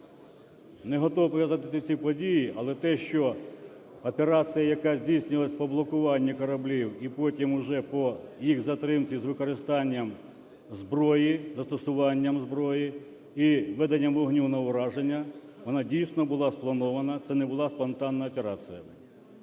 Не готовий пов'язати ці події, але те, що операція, яка здійснювалася по блокуванню кораблів, і потім уже по їх затримці з використанням зброї, застосуванням зброї і веденням вогню на ураження, вона дійсно була спланована, це не була спонтанна операція.